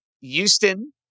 Houston